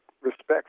respect